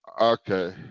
Okay